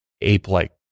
ape-like